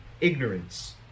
ignorance